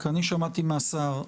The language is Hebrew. כי אני שמעתי מהשר,